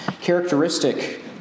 Characteristic